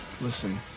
listen